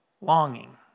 Longing